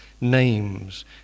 names